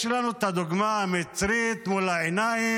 יש לנו את הדוגמה המצרית מול העיניים,